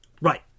Right